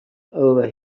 over